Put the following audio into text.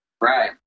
Right